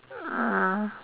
mm